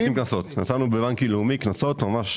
לא רק זה,